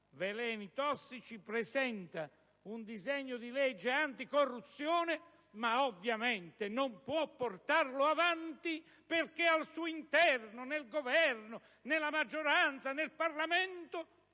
veleni tossici: presenta un disegno di legge anticorruzione, ma ovviamente non può portarlo avanti perché al suo interno, nel Governo, nella maggioranza e nel Parlamento